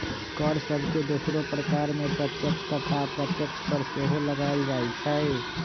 कर सभके दोसरो प्रकार में प्रत्यक्ष तथा अप्रत्यक्ष कर सेहो लगाएल जाइ छइ